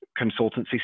consultancy